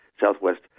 southwest